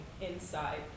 inside